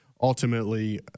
ultimately